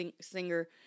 singer